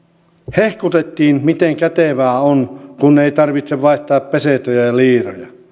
hehkutettiin miten kätevää on kun ei tarvitse vaihtaa pesetoja ja liiroja